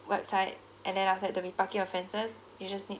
website and then after the parking offences you just need